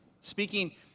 speaking